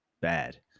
bad